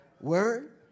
word